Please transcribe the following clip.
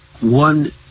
one